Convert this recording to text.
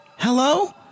Hello